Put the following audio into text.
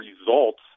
results